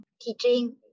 teaching